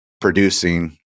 producing